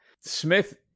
Smith